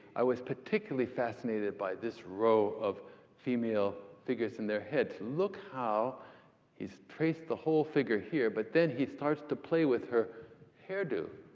i was particularly fascinated by this row of female figures and their heads. look how he's traced the whole figure here, but then he starts to play with her hairdo.